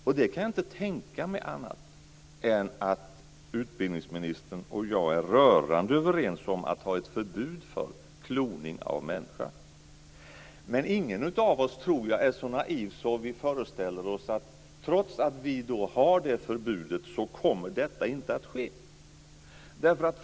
Jag kan inte tänka mig annat än att utbildningsministern och jag är rörande överens om att vi ska ha ett förbud mot kloning av människan. Men jag tror ingen av oss är så naiv att man föreställer sig att detta i och med att vi har det här förbudet inte kommer att ske.